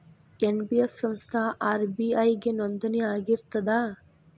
NBF ಸಂಸ್ಥಾ RBI ಗೆ ನೋಂದಣಿ ಆಗಿರ್ತದಾ?